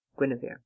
guinevere